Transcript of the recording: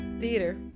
theater